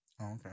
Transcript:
okay